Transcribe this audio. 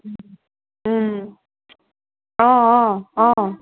অ' অ' অ'